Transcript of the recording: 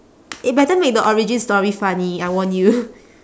eh better make the origin story funny I warn you